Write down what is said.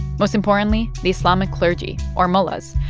most importantly the islamic clergy, or mullahs,